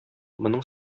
моның